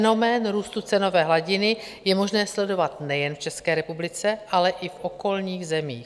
Fenomén růstu cenové hladiny je možné sledovat nejen v České republice, ale i v okolních zemích.